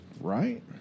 Right